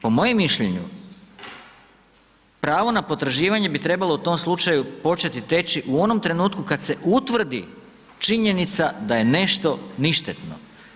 Po mojem mišljenju, pravo na potraživanje bi trebalo u tom slučaju početi teći, u onom trenutku kad se utvrdi činjenica, da je nešto ništetno.